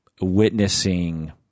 witnessing